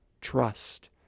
trust